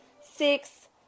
six